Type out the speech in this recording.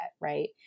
right